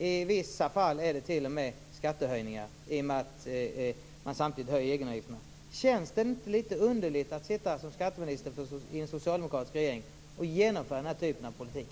I vissa fall blir det t.o.m. skattehöjningar i och med att man samtidigt höjer egenavgifterna. Känns det inte litet underligt att sitta som skatteminister i en socialdemokratisk regering och genomföra den här typen av politik?